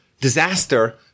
disaster